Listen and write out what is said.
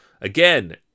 Again